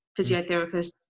physiotherapist